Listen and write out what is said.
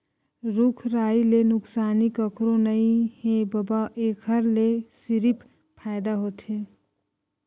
रूख राई ले नुकसानी कखरो नइ हे बबा, एखर ले सिरिफ फायदा होथे